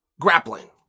grappling